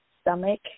stomach